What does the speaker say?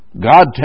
God